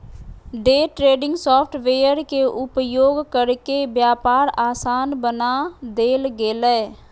day trading software के उपयोग करके व्यापार आसान बना देल गेलय